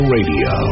Radio